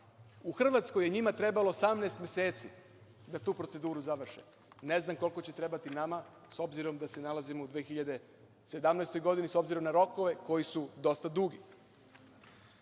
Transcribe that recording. U Hrvatskoj je njima trebalo 18 meseci da tu proceduru završe. Ne znam koliko će trebati nama, s obzirom da se nalazimo u 2017. godini i s obzirom na rokove koji su dosta dugi. Što